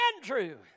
Andrew